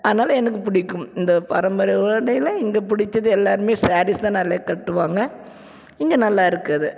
அதனால எனக்கு புடிக்கும் இந்த பாரம்பரை உடையில் இங்கே பிடிச்சது எல்லாரும் ஸேரீஸ் தான் நிறைய கட்டுவாங்க இங்கே நல்லா இருக்குது அது